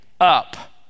up